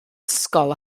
ysgol